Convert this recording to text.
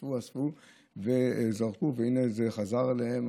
אספו ואספו וזרקו, והינה זה חזר אליהם.